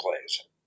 plays